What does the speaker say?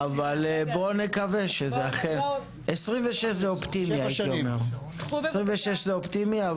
אבל נקווה שזה אכן הייתי אומר ש-2026 זה אופטימי.